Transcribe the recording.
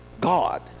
God